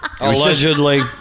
Allegedly